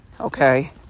okay